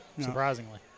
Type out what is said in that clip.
surprisingly